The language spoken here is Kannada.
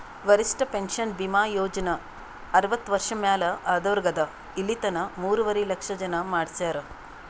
ವರಿಷ್ಠ ಪೆನ್ಷನ್ ಭೀಮಾ ಯೋಜನಾ ಅರ್ವತ್ತ ವರ್ಷ ಮ್ಯಾಲ ಆದವ್ರಿಗ್ ಅದಾ ಇಲಿತನ ಮೂರುವರಿ ಲಕ್ಷ ಜನ ಮಾಡಿಸ್ಯಾರ್